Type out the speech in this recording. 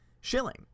shilling